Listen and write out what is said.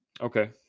Okay